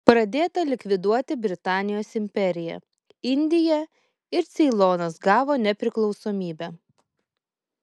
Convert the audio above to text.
pradėta likviduoti britanijos imperiją indija ir ceilonas gavo nepriklausomybę